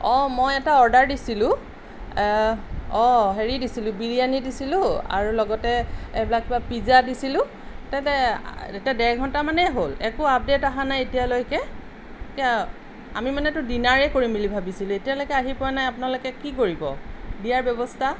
অঁ মই এটা অৰ্ডাৰ দিছিলোঁ অঁ হেৰি দিছিলোঁ বিৰিয়ানী দিছিলোঁ আৰু লগতে এইবিলাক কিবা পিজ্জা দিছিলোঁ তেন্তে এতিয়া ডেৰঘণ্টা মানেই হ'ল একো আপডেট অহা নাই এতিয়ালৈকে এতিয়া আমি মানেতো ডিনাৰেই কৰিম বুলি ভাবিছিলোঁ এতিয়ালেকৈ আহি পোৱা নাই আপোনালোকে কি কৰিব দিয়াৰ ব্যৱস্থা